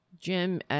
Jim